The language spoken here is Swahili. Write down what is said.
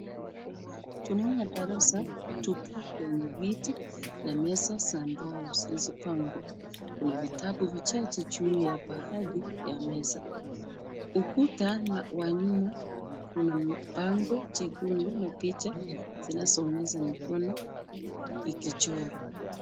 Tunaona darasa tupu lenye viti na meza za mbao zilizopangwa. Kuna vitabu vichache juu ya baadhi ya meza. Ukuta wa nyuma una bango jekundu na picha zinazoonyesha mikono ikichora.